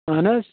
آہَن حظ